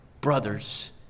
brothers